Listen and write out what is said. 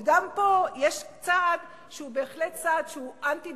וגם פה יש צעד שהוא בהחלט אנטי-דמוקרטי,